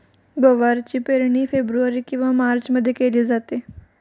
गवारची पेरणी फेब्रुवारी किंवा मार्चमध्ये केली जाते